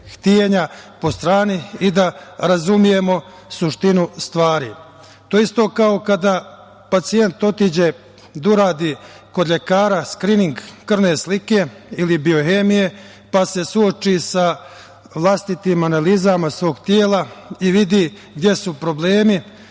htenja po strani i da razumemo suštinu stvari. To je isto kao kada pacijent ode da uradi kod lekara skrining krvne slike ili biohemije, pa se suoči sa vlastitim analizama svog tela ili biohemije,